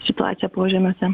situaciją požemiuose